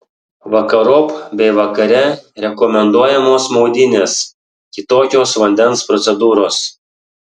vakarop bei vakare rekomenduojamos maudynės kitokios vandens procedūros